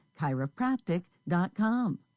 chiropractic.com